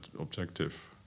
objective